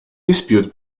dispute